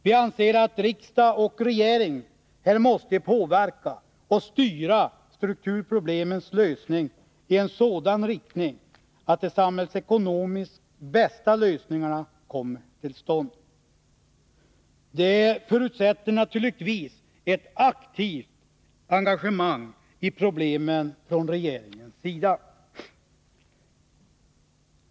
Vi anser att riksdag och regering här måste påverka och styra strukturproblemens lösning i en sådan riktning, att de samhällsekonomiskt bästa lösningarna kommer till stånd. Det förutsätter naturligtvis ett aktivt engagemang i problemen från regeringens sida.